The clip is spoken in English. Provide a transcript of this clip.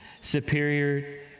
superior